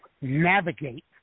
navigate